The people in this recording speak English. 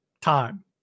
time